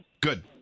Good